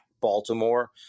Baltimore